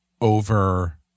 over